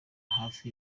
hafi